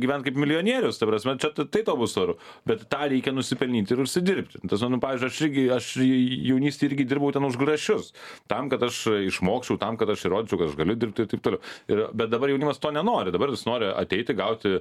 gyvent kaip milijonierius ta prasme čia ta tai tau bus oru bet tą reikia nusipelnyt ir užsidirbti nu ta prasme nu pavyzdžiui aš irgi aš ji jaunystėj irgi dirbau ten už grašius tam kad aš išmokčiau tam kad aš įrodyčiau kad aš galiu dirbt ir taip toliau ir bet dabar jaunimas to nenori dabar jis nori ateiti gauti